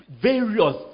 Various